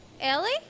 Ellie